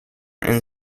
and